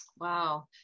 Wow